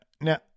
Now